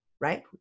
right